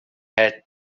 had